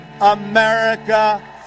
America